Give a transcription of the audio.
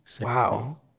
Wow